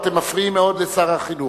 אתם מפריעים מאוד לשר החינוך.